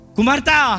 Kumarta